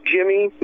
Jimmy